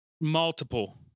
multiple